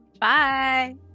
Bye